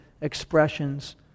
expressions